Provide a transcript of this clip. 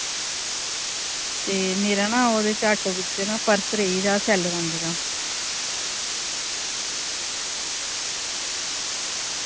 ओह् मेरा ना ऑटो बिच ना ओह् पर्स रेही गेदा हा सैल्ले रंग दा